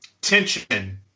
tension